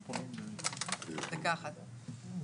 ולהתייחס.